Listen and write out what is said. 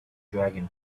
dragonfly